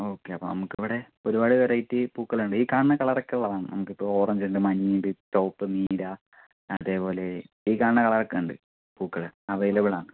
okay അപ്പോൾ നമുക്കിവിടെ ഒരുപാട് വെറൈറ്റി പൂക്കളുണ്ട് ഈ കാണുന്ന കളറൊക്കെള്ളതാണ് നമുക്കിപ്പോൾ ഓറഞ്ചുണ്ട് മഞ്ഞയുണ്ട് ചുവപ്പ് നീല അതേപോലെ ഈ കാണുന്ന കളറൊക്കെയുണ്ട് പൂക്കള് അവൈലബിളാണ്